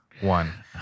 one